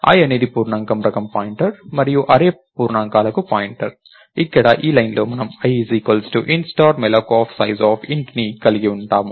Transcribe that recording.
i అనేది పూర్ణాంకం రకం పాయింటర్ మరియు అర్రే పూర్ణాంకాలకు పాయింటర్ ఇక్కడ ఈ లైన్లో మనము i int mallocsizeof ని కలిగి ఉంటాము